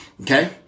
Okay